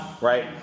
Right